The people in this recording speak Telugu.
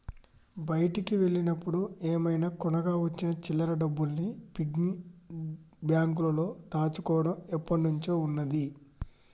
బయటికి వెళ్ళినప్పుడు ఏమైనా కొనగా వచ్చిన చిల్లర డబ్బుల్ని పిగ్గీ బ్యాంకులో దాచుకోడం ఎప్పట్నుంచో ఉన్నాది